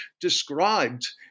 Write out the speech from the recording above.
described